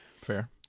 fair